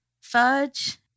fudge